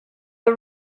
the